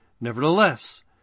Nevertheless